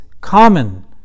common